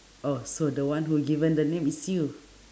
oh so the one who given the name is you